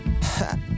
Ha